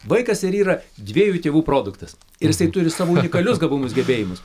vaikas ir yra dviejų tėvų produktas ir jisai turi savo unikalius gabumus gebėjimus